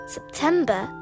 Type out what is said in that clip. September